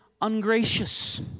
ungracious